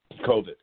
COVID